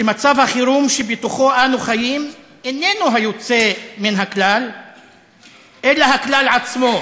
ש'מצב החירום' שבתוכו אנו חיים איננו היוצא מן הכלל אלא הכלל עצמו"